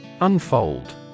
Unfold